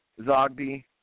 Zogby